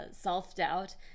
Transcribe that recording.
self-doubt